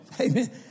Amen